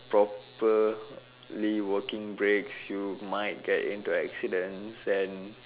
properly working brakes you might get into accidents and